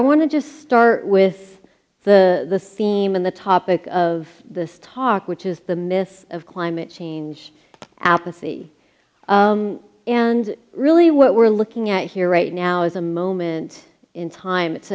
i want to just start with the theme and the topic of this talk which is the myth of climate change apathy and really what we're looking at here right now is a moment in time it's